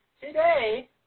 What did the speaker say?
Today